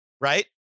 right